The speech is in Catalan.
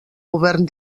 govern